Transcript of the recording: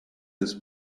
his